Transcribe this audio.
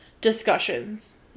discussions